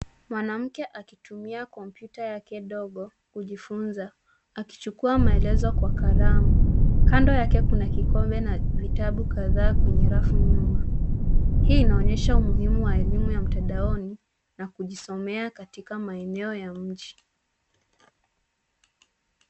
Mwanamke akitumia kompyuta yake ndogo kujifunza akichukua maelezo kwa kalamu, kando yake kuna kikombe na vitabu kadhaa kwenye rafu nyuma. Hii inaonyesha umuhimu wa elimu ya mtandaoni na kujisomea katika maeneo ya nje.